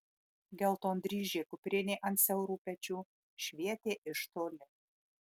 geltondryžė kuprinė ant siaurų pečių švietė iš toli